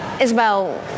Isabel